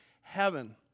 heaven